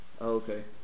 okay